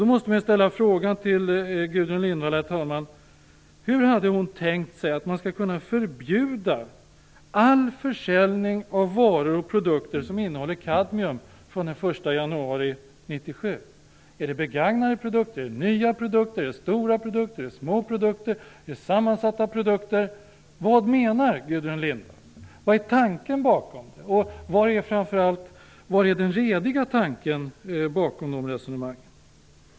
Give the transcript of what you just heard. Då måste man ju ställa frågan till Gudrun Lindvall, herr talman: Hur hade hon tänkt sig att man skall kunna förbjuda all försäljning av varor och produkter som innehåller kadmium från den 1 januari 1997? Är det begagnade produkter, nya produkter, stora produkter, små produkter, sammansatta produkter - Vad menar Gudrun Lindvall? Vad är tanken bakom detta? Och framför allt: Var är den rediga tanken bakom de resonemangen?